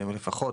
לפחות,